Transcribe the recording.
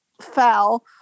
fell